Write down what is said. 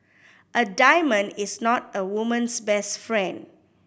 a diamond is not a woman's best friend